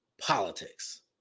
politics